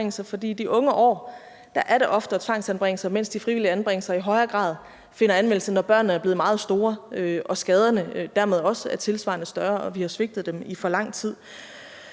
For i de unge år er det oftere tvangsanbringelser, mens de frivillige anbringelser i højere grad bliver anvendt, når børnene er blevet meget store og skaderne dermed også er tilsvarende større og vi har svigtet dem i for lang tid.